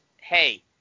Hey